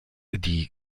die